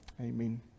Amen